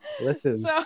listen